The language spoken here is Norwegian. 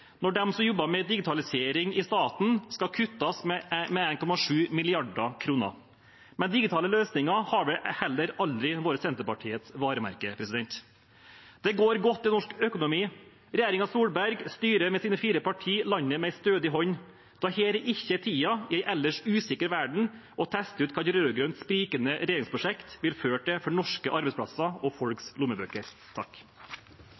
når bevilgningene til dem som jobber med digitalisering i staten, skal kuttes med 1,7 mrd. kr. Digitale løsninger har vel heller aldri vært Senterpartiets varemerke. Det går godt i norsk økonomi. Regjeringen Solberg, med sine fire partier, styrer landet med en stødig hånd. Dette er ikke tiden i en ellers usikker verden til å teste ut hva et rød-grønt sprikende regjeringsprosjekt vil føre til for norske arbeidsplasser og